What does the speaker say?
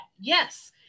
Yes